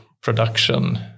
production